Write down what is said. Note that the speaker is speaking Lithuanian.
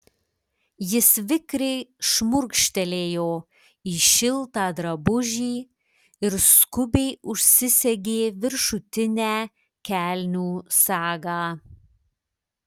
jis vikriai šmurkštelėjo į šiltą drabužį ir skubiai užsisegė viršutinę kelnių sagą